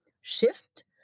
shift